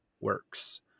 works